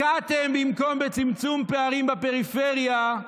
במקום בצמצום פערים בפריפריה,